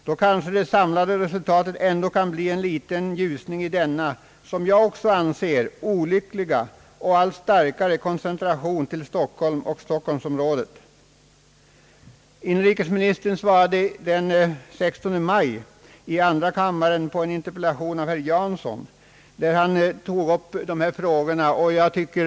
Då kanske det samlade resultatet ändå kan bli en liten ljusning i denna, som också jag anser, olyckliga och allt starkare koncentration till Stockholm och stockholmsområdet.» Inrikesministern svarade den 17 maj i andra kammaren på en interpellation av herr Jansson.